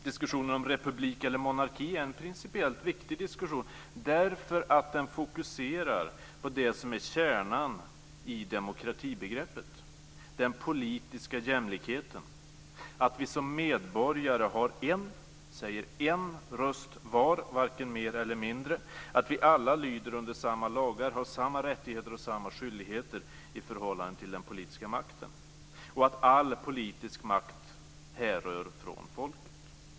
Diskussionen om republik eller monarki är en principiellt viktig diskussion därför att den fokuserar det som är kärnan i demokratibegreppet - den politiska jämlikheten, att vi som medborgare har en, säger en röst var, varken mer eller mindre, att vi alla lyder under samma lagar, har samma rättigheter och samma skyldigheter i förhållande till den politiska makten och att all politisk makt härrör från folket.